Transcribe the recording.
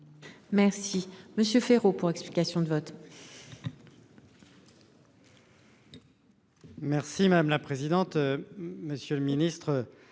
Merci Monsieur Féraud pour explication de vote.